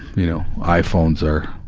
you know iphones are,